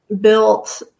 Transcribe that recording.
built